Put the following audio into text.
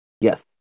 Yes